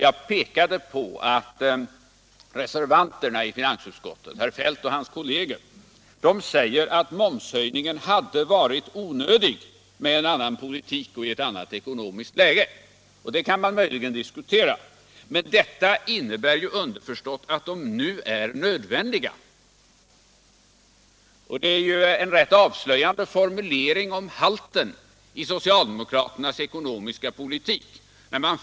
Jag visade på att reservanterna i finansutskottet, herr Feldt och hans kolleger, säger att momshöjningen skulle ha varit onödig med en annan politik och i ett annat ekonomiskt läge. Det kan man möjligen diskutera, men det innebär ju underförstått att den nu är nödvändig. Det är en formulering som avslöjar halten i den socialdemokratiska politiken.